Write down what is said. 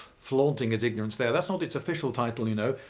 flaunting his ignorance there. that's not its official title you know.